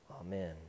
Amen